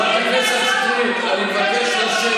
אם זה היה הפוך הם היו אומרים שאנחנו אנרכיסטים.